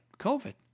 COVID